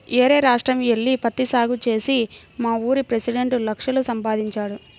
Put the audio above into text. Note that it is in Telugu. యేరే రాష్ట్రం యెల్లి పత్తి సాగు చేసి మావూరి పెసిడెంట్ లక్షలు సంపాదించాడు